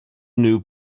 knew